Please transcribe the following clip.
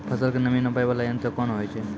फसल के नमी नापैय वाला यंत्र कोन होय छै